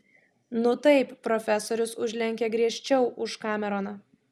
nu taip profesorius užlenkė griežčiau už kameroną